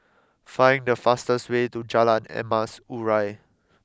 find the fastest way to Jalan Emas Urai